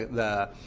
the